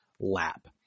lap